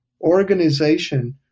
organization